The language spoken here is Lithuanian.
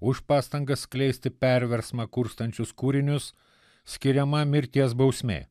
už pastangas skleisti perversmą kurstančius kūrinius skiriama mirties bausmė